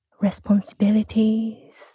Responsibilities